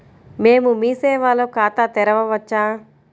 మేము మీ సేవలో ఖాతా తెరవవచ్చా?